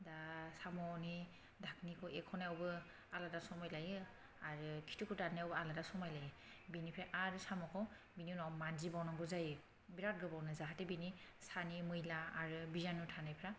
दा साम'नि दाखोनखौ एरख'नायावबो आलादा समय लायो आरो खिथुखौ दान्नायावबो आलादा समय लायो बिनिफ्राय आरो साम'खौ बेनि उनाव मान्जिबावनांगौ जायो बिराद गोबावनो जाहाथे बिनि सानि मैला आरो बिजानु थानायफ्रा